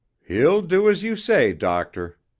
he'll do as you say, doctor.